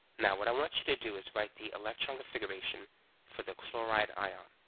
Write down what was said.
now what i want you to do is write the electron configuration for the chloride ion.